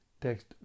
Text